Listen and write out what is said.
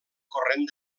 corrent